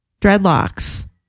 dreadlocks